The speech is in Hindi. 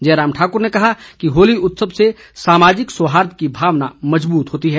जयराम ठाकुर ने कहा कि होली उत्सव से सामाजिक सौहार्द की भावना मजबूत होती है